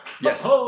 Yes